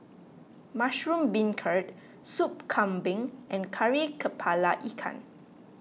Mushroom Beancurd Sup Kambing and Kari Kepala Ikan